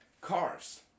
cars